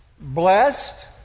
Blessed